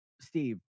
Steve